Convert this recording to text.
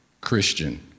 Christian